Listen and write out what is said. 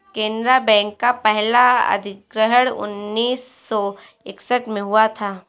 Canara bank का पहला अधिग्रहण उन्नीस सौ इकसठ में हुआ था